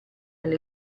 alle